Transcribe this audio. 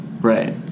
Right